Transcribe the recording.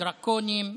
דרקוניים,